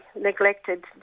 neglected